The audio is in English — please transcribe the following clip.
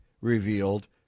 revealed